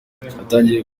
yatangiriye